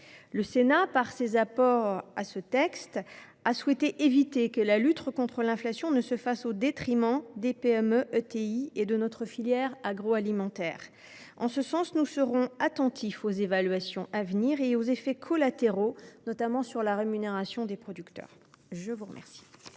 Le Sénat, par ses apports au texte initial, a souhaité éviter que la lutte contre l’inflation ne se fasse au détriment des PME et des ETI de notre filière agroalimentaire. En ce sens, nous serons attentifs aux évaluations à venir et aux effets collatéraux de ce dispositif sur la rémunération des producteurs. La parole